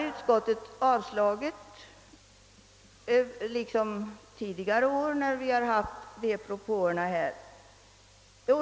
Utskottet har avstyrkt detta liksom tidigare år när liknande förslag väckts.